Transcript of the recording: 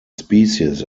species